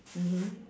mmhmm